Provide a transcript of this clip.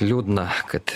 liūdna kad